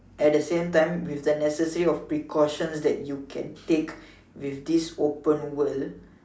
at the same time with the necessary of precautions you can take in this open world